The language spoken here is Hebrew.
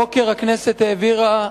הבוקר הכנסת העבירה,